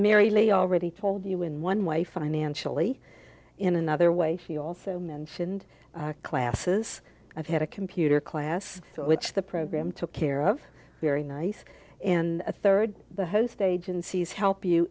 lee already told you in one way financially in another way if you also mentioned classes i've had a computer class which the program took care of very nice and a third the host agencies help you